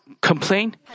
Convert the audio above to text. complain